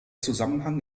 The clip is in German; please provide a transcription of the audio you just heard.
zusammenhang